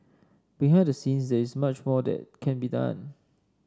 behind the scenes there is much more that can be done